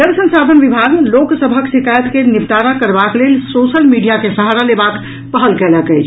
जल संसाान विभाग लोक सबहक शिकायत के निबटारा करबाक लेल सोशल मीडिया के सहारालेबाक पहल कयलक अछि